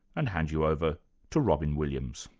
and hand you over to robyn williams